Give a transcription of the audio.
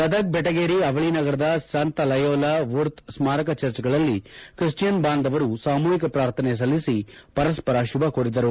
ಗದಗ ಬೆಟಗೇರಿ ಅವಳಿ ನಗರದ ಸಂತ ಲಯೋಲಾವುರ್ಥ ಸ್ಮಾರಕ ಚರ್ಚ್ಗಳಲ್ಲಿ ಕ್ರಿಶ್ಚಿಯನ್ ಬಾಂಧವರು ಸಾಮೂಹಿಕ ಪ್ರಾರ್ಥನೆ ಸಲ್ಲಿಸಿ ಪರಸ್ವರ ಶುಭ ಕೋರಿದರು